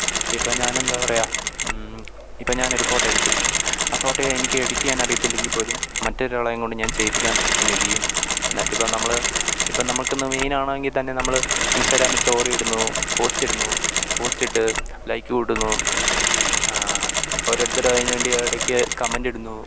ഇപ്പം ഞാനെന്താ പറയുക ഇപ്പം ഞാനൊരു ഫോട്ടോയെടുത്തു ആ ഫോട്ടോ എനിക്ക് എഡിറ്റ് ചെയ്യാൻ അറിയത്തില്ലെങ്കിൽ പോലും മറ്റൊരാളെയും കൊണ്ട് ഞാൻ ചെയ്യിപ്പിക്കാൻ ശ്രമിപ്പിക്കും എന്നിട്ടിപ്പം നമ്മൾ ഇപ്പം നമുക്കിന്നു മെയിനാണ് എങ്കിൽ തന്നെ നമ്മൾ ഇൻസ്റ്റാഗ്രാമിൽ സ്റ്റോറി ഇടുന്നു പോസ്റ്റിടുന്നു പോസ്റ്റിട്ട് ലൈക്ക് കൂട്ടുന്നു ഓരോരുത്തർ അതിനു വേണ്ടി ഇടക്ക് കമന്റിടുന്നു